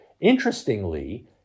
Interestingly